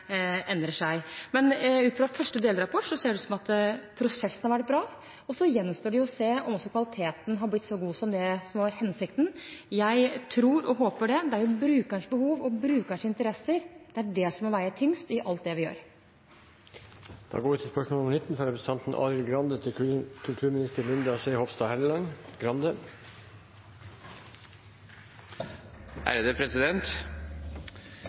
endrer seg. Ut fra første delrapport ser det ut som at prosessen har vært bra, og så gjenstår det å se om kvaliteten har blitt så god som hensikten var. Jeg tror og håper det, det er jo brukernes behov og interesser som må veie tyngst i alt vi gjør. Jeg har følgende spørsmål til